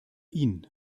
ihn